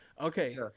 Okay